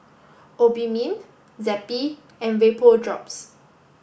Obimin Zappy and Vapodrops